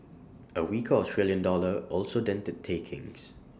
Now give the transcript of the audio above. A weaker Australian dollar also dented takings